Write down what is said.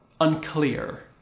unclear